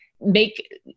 make